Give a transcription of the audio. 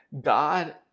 God